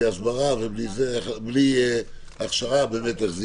עדיין בלי הכשרה ובלי הסברה.